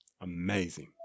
Amazing